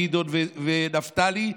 גדעון ונפתלי.